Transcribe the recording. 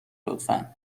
لطفا